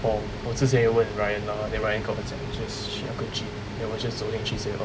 oh 我直接问 ryan lah then ryan 跟我讲去那个 gym then 我就走进去 say oh